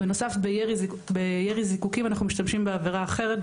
בנוסף בירי זיקוקים אנחנו משתמשים בעבירה אחרת,